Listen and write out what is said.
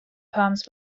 palms